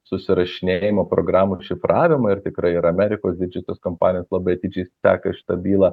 susirašinėjimo programų šifravimą ir tikrai ir amerikos didžiosios kampanijos labai atidžiai seka šita bylą